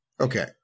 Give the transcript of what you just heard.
Okay